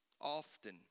often